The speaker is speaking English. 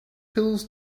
pills